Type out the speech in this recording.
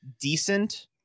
decent